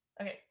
Okay